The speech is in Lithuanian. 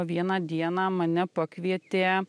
vieną dieną mane pakvietė